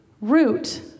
root